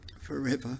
forever